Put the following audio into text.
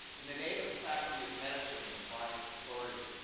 in the name of the faculty of medicine, and by its authority,